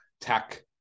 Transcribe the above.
tech